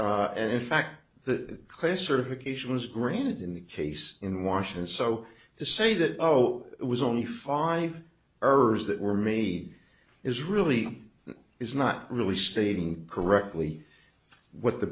and in fact the class certification was granted in the case in washington so to say that oh it was only five ers that were made is really is not really stating correctly what the